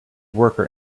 worker